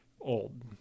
old